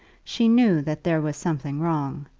she knew that there was something wrong,